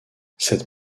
cette